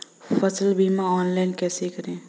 फसल बीमा ऑनलाइन कैसे करें?